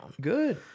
Good